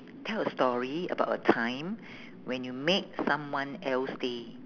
tell a story about a time when you make someone else day